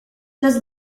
does